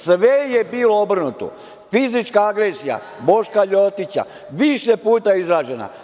Sve je bilo obrnuto - fizička agresija Boška Ljotića, više puta izražena.